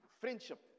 Friendship